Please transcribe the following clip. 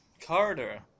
Carter